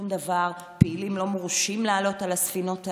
פעילים לא מורשים לעלות על הספינות האלה.